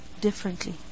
differently